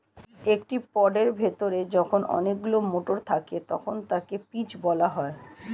একটি পডের ভেতরে যখন অনেকগুলো মটর থাকে তখন তাকে পিজ বলা হয়